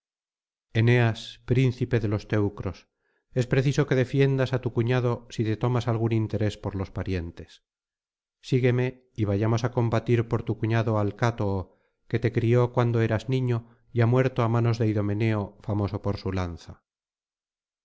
eneas príncipe de los teneros es preciso que defiendas á tu cuñado si te tomas algún interés por los parientes sigúeme y vayamos á combatir por tu cuñado alcátoo que te crió cuando eras niño y ha muerto á manos de idomeneo famoso por su lanza